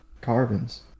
carbons